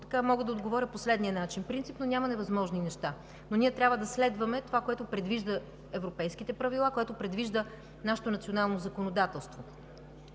мога да отговоря по следния начин. Принципно – няма невъзможни неща, но ние трябва да следваме това, което предвиждат европейските правила, което предвижда нашето национално законодателство.